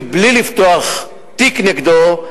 מבלי לפתוח תיק נגדו,